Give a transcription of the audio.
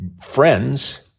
friends